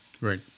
Right